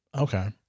Okay